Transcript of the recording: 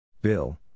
Bill